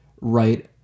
right